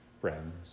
friends